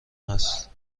هست